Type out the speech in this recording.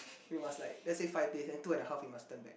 you must like let's say five days then two and a half we must turn back